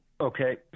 Okay